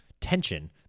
tension